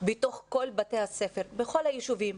בתוך כל בתי הספר ובכל הישובים,